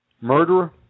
murderer